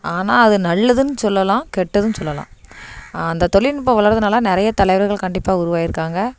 ஆனால் அது நல்லதுன்னு சொல்லலாம் கெட்டதும் சொல்லலாம் அந்த தொழில்நுட்பம் வளர்றதனால நிறைய தலைவர்கள் கண்டிப்பாக உருவாயிருக்காங்க